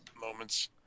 moments